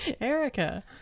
Erica